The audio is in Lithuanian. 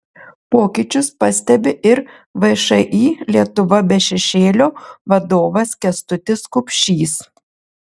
pokyčius pastebi ir všį lietuva be šešėlio vadovas kęstutis kupšys